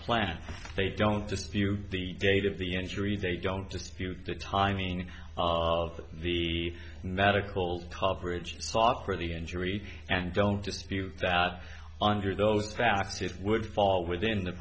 plan they don't just view the date of the injury they don't just view the timing of the medical coverage saw for the injury and don't if you that under those facts it would fall within the